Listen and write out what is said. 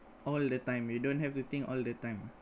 all the time you don't have to think all the time